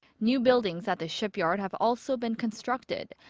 new buildings at the shipyard have also been constructed,